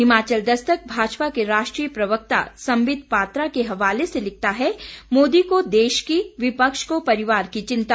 हिमाचल दस्तक भाजपा के राष्ट्रीय प्रवक्ता संबित पात्रा के हवाले से लिखता है मोदी को देश की विपक्ष को परिवार की चिंता